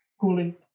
cooling